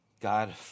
God